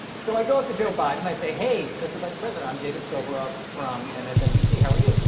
so i go up to joe biden. i say, hey, mr. vice president, i'm jacob soboroff from msnbc. how are you?